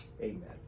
amen